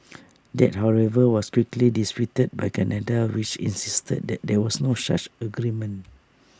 that however was quickly disputed by Canada which insisted that there was no such agreement